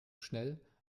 schnell